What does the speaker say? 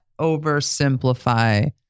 oversimplify